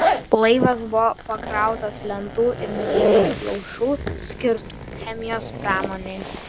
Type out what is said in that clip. laivas buvo pakrautas lentų ir medienos plaušų skirtų chemijos pramonei